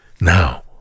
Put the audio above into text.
now